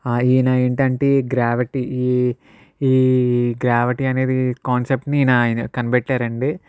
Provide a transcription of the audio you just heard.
ఈయన ఏంటంటే ఈ గ్రావిటీ ఈ ఈ గ్రావిటీ అనేది కాన్సెప్ట్ని ఈయన ఆయన కనిపెట్టారండి